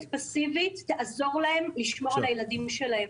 פסיבית תעזור להם לשמור על הילדים שלהם.